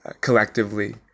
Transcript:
collectively